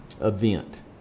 event